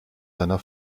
seiner